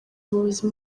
umuyobozi